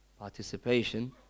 Participation